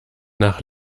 nach